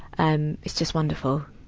um it's just wonderful.